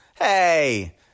hey